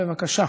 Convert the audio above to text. בבקשה.